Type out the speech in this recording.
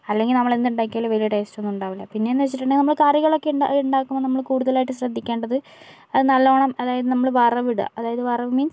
അല്ലെങ്കിൽ നമ്മള് എന്ത് ഉണ്ടാക്കിയാലും വലിയ ടേസ്റ്റൊന്നും ഉണ്ടാവില്ല പിന്നെയെന്ന് വച്ചിട്ടുണ്ടെങ്കിൽ നമ്മൾ കറികളൊക്കെ ഉണ്ടാ ഉണ്ടാക്കുമ്പോൾ നമ്മള് കൂടുതലായിട്ട് ശ്രദ്ധിക്കേണ്ടത് അത് നല്ലവണ്ണം അതായത് നമ്മള് വറവ് ഇടുക അതായത് വറവ് മീൻസ്